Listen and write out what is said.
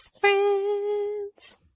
friends